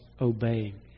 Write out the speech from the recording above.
obeying